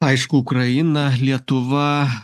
aišku ukraina lietuva